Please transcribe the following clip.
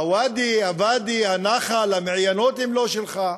הוואדי, הנחל, המעיינות, הם לא שלך.